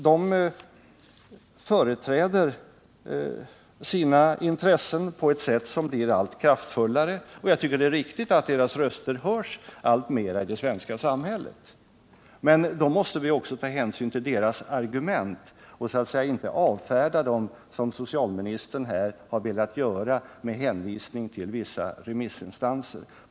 De företräder sina intressen på ett sätt som blir allt kraftfullare, och jag tycker att det är riktigt att deras röster hörs alltmer i det svenska samhället. Men vi måste också ta hänsyn till deras argument och inte avfärda dem som socialministern här har velat göra med hänvisning till vissa remissinstanser.